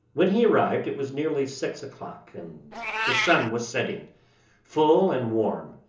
when he arrived it was nearly six o'clock, and the sun was setting full and warm,